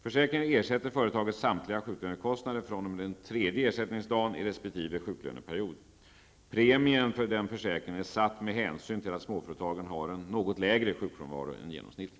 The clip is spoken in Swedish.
Försäkringen ersätter företagets samtliga sjuklönekostnader fr.o.m. den tredje ersättningsdagen i resp. sjuklöneperiod. Premien för den försäkringen är satt med hänsyn till att småföretagen har en något lägre sjukfrånvaro än genomsnittet.